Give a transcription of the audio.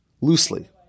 loosely